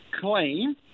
claim